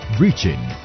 Reaching